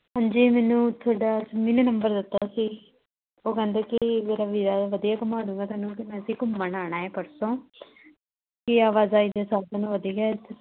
ਹਾਂਜੀ ਮੈਨੂੰ ਤੁਹਾਡਾ ਮੰਮੀ ਨੇ ਨੰਬਰ ਦਿੱਤਾ ਸੀ ਉਹ ਕਹਿੰਦੇ ਕੀ ਮੇਰਾ ਵੀਰਾ ਹੈ ਵਧੀਆ ਘੁੰਮਾ ਦੇਵੇਗਾ ਤੈਨੂੰ ਅਸੀਂ ਘੁੰਮਣ ਆਉਣਾ ਹੈ ਪਰਸੋਂ ਅਤੇ ਆਵਾਜਾਈ ਦੇ ਸਾਧਨ ਵਧੀਆ ਹੈ ਇੱਥੇ